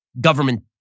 government